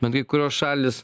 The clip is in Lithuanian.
bet kai kurios šalys